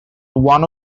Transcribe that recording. one